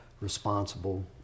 responsible